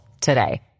today